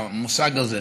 המושג הזה,